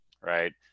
right